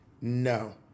no